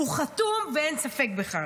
הוא חתום, ואין ספק בכלל.